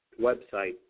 website